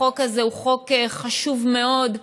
החוק הזה הוא חוק חשוב מאוד,